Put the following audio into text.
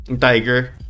Tiger